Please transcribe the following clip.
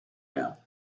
him